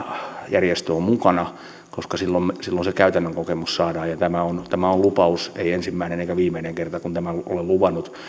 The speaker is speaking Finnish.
järjestö on mukana koska silloin se käytännön kokemus saadaan ja tämä on tämä on lupaus ei ensimmäinen eikä viimeinen kerta kun tämän olen luvannut